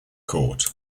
court